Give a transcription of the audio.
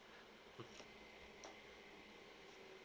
mm